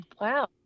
Wow